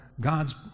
God's